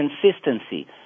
consistency